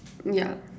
yeah